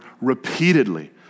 repeatedly